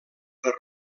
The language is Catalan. per